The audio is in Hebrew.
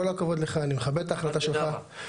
כל הכבוד לך, אני מכבד את ההחלטה שלך.